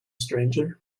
stranger